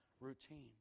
routine